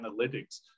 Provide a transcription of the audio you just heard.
analytics